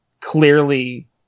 clearly